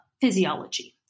physiology